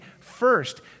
First